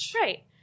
Right